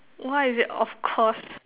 why is it of course